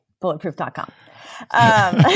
bulletproof.com